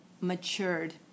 matured